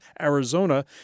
Arizona